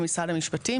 משרד המשפטים,